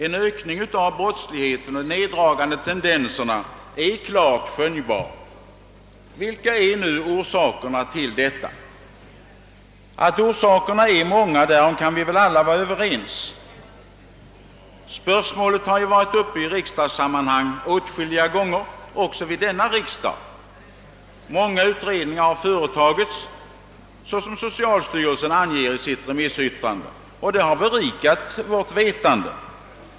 En ökning av brottsligheten och de neddragande tendenserna är klart skönjbar. Vilka är nu orsakerna till detta? Ja, att de är många kan vi väl alla vara överens om. Spörsmålet har varit uppe i riksdagssammanhang åtskilliga gånger också vid denna session. Många utredningar har företagits, såsom socialstyrelsen anger i sitt remissyttrande, och de har berikat vårt vetande.